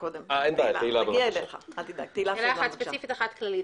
שאלה אחת ספציפית, אחת כללית.